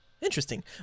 Interesting